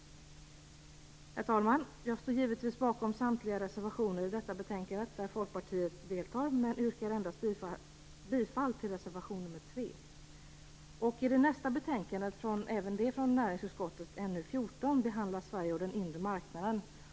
Till slut, herr talman, vill jag säga att jag givetvis står bakom samtliga reservationer som Folkpartiet deltar i till detta betänkande, men jag yrkar bifall endast till reservation nr 3.